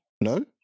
no